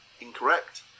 Incorrect